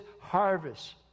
harvest